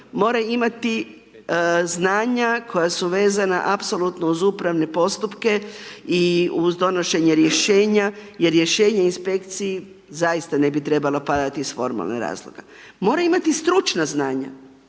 mora imati znanja koja su vezana apsolutno uz upravne postupke i uz donošenje rješenja jer rješenja inspekciji zaista ne bi trebala padati iz formalnih razloga. Mora imati stručna znanja,